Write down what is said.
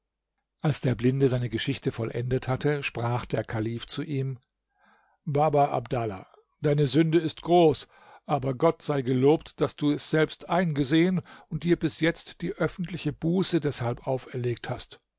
als der blinde seine geschichte vollendet hatte sprach der kalif zu ihm baba abdallah deine sünde ist groß aber gott sei gelobt daß du es selbst eingesehen und dir bis jetzt die öffentliche buße deshalb aufgelegt hast